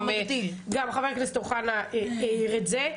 גם חבר הכנסת אוחנה העיר את זה.